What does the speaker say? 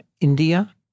India